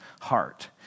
heart